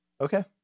Okay